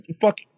fuck